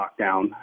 lockdown